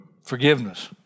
forgiveness